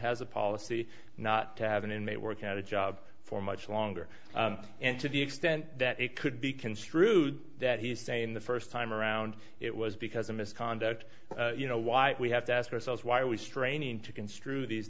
has a policy not to have an inmate work out a job for much longer and to the extent that it could be construed that he's saying the first time around it was because of misconduct you know why we have to ask ourselves why are we straining to construe these